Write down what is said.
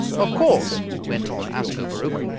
of course, went on ascobaruch,